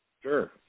Sure